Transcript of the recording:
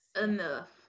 enough